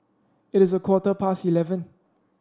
it is a quarter past eleven